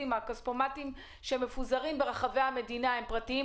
מהכספומטים שמפוזרים ברחבי המדינה הם פרטיים,